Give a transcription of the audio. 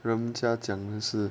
人家讲的是